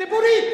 ציבורית.